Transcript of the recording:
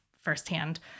firsthand